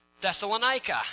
Thessalonica